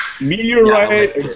Meteorite